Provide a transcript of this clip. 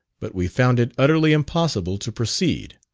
but we found it utterly impossible to proceed.